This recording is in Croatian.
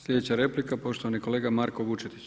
Sljedeća replika, poštovani kolega Marko Vučetić.